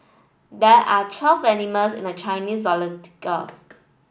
there are twelve animals in the Chinese